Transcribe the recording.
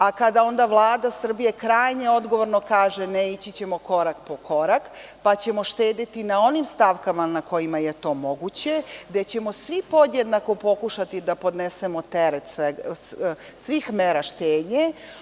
A kada onda Vlada Srbije krajnje odgovorno kaže – ne, ići ćemo korak po korak, pa ćemo štedeti na onim stavkama na kojima je to moguće, gde ćemo svi podjednako pokušati da podnesemo teret svih mera štednje.